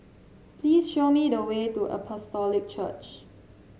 please show me the way to Apostolic Church